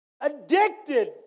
addicted